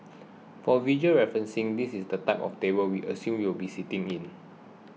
for visual reference this is the type of table we assume you will be sitting in